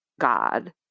God